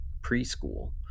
preschool